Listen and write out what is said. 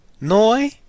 Noi